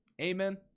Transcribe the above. Amen